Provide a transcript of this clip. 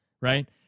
Right